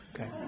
Okay